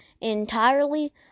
entirely